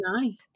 nice